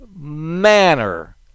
manner